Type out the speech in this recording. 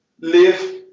live